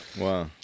Wow